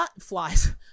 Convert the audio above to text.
flies